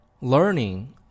Learning